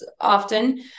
often